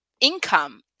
income